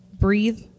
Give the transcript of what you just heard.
breathe